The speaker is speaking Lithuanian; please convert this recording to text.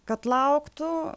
kad lauktų